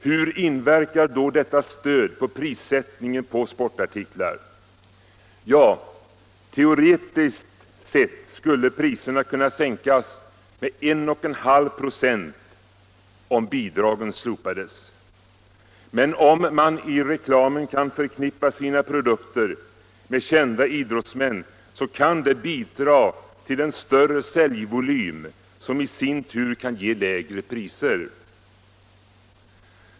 Hur inverkar då detta stöd på prissättningen av sportartiklar? Teoretiskt sett skulle priserna kunna sänkas med 1,5 26 om bidragen slopades. Men om man i reklamen förknippar sina produkter med kända idrottsmän kan det bidra till en större säljvolym, som i sin tur kan ge lägre priser.